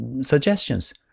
suggestions